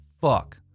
Fuck